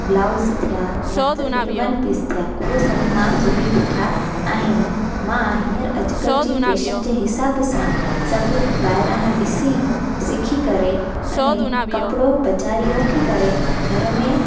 blouse थिया या त फिर वन पीस थिया उहे सभु मां सिबी ॾिठा आहिनि मां हींअर अॼुकल्ह जी फैशन जे हिसाबु सां सभु ॿाहिरा खां ॾिसी सिखी करे अने कपिड़ो बाज़ारी में वठी करे घर में